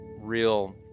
real